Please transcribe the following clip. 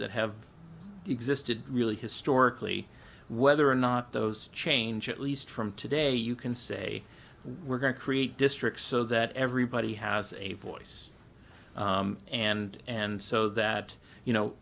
that have existed really historically whether or not those change at least from today you can say we're going to create districts so that everybody has a voice and and so that you know